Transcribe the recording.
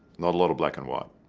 not a lot of black and white